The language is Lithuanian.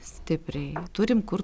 stipriai turim kur tobulėti tikrai